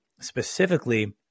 specifically